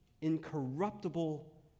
Incorruptible